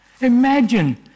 Imagine